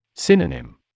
Synonym